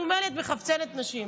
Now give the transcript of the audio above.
הוא אמר לי: את מחפצנת נשים.